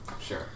Sure